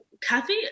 Kathy